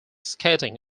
skating